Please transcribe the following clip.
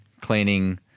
cleaning